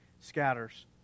scatters